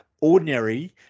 ordinary